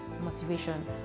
motivation